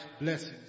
blessings